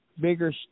bigger